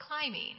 climbing